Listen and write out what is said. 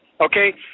okay